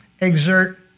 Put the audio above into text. exert